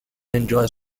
enjoys